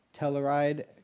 Telluride